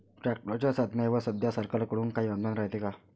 ट्रॅक्टरच्या साधनाईवर सध्या सरकार कडून काही अनुदान रायते का?